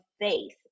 faith